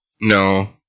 No